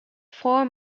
four